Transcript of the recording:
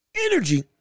energy